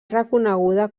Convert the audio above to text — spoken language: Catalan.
reconeguda